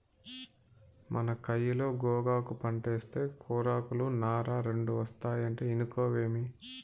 మన కయిలో గోగాకు పంటేస్తే కూరాకులు, నార రెండూ ఒస్తాయంటే ఇనుకోవేమి